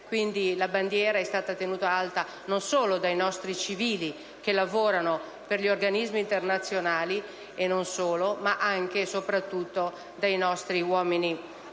La bandiera quindi è stata tenuta alta, oltre che dai nostri civili che lavorano per gli organismi internazionali e non solo, anche e soprattutto dai nostri uomini